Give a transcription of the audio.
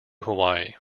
hawaii